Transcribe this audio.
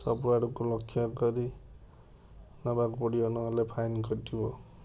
ସବୁଆଡ଼କୁ ଲକ୍ଷ୍ୟ କରି ନବାକୁ ପଡ଼ିବ ନହେଲେ ଫାଇନ କଟିବ